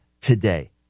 today